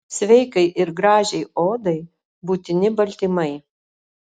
sveikai ir gražiai odai būtini baltymai